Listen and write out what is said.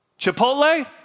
Chipotle